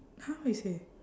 !huh! what you say